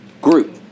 group